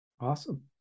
awesome